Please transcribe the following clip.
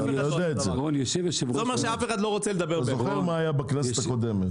אני זוכר מה היה בכנסת הקודמת.